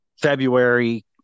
February